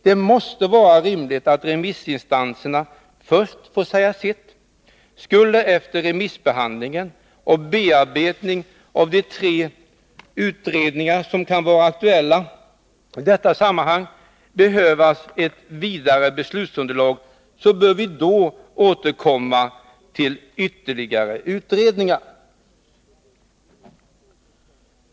Det måste vara rimligt att remissinstanserna först får säga sitt. Skulle det, efter remissbehandling och bearbetning av de tre utredningar som kan vara aktuella i detta sammanhang, behövas ett vidare beslutsunderlag, bör vi då återkomma med ytterligare utredningar.